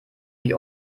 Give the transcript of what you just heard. die